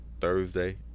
Thursday